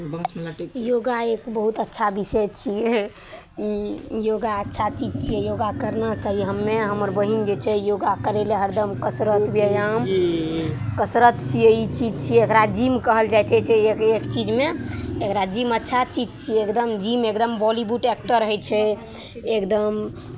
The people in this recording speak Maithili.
योगा एक बहुत अच्छा विषय छियै योगा अच्छा चीज छियै योगा करना चाही हमे हमर बहिन जे छै योगा करय लेल हरदम कसरत व्यायाम कसरत छियै ई चीज छियै एकरा जिम कहल जाइ छै जे एक एक चीजमे एकरा जिम अच्छा चीज छियै एकदम जिम एकदम बॉलीवुड एक्टर होइ छै एकदम